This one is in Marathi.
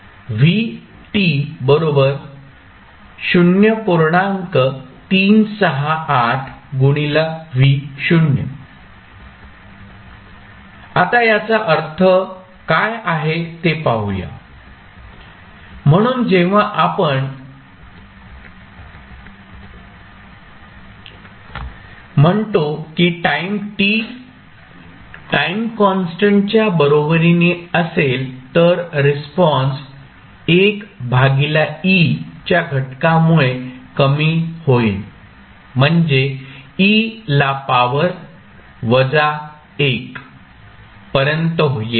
आता याचा अर्थ काय आहे ते पाहूया म्हणून जेव्हा आपण म्हणतो की टाईम t टाईम कॉन्स्टंटच्या बरोबरीने असेल तर रिस्पॉन्स 1 e च्या घटकामुळे कमी होईल म्हणजे e ला पावर वजा 1 पर्यंत येईल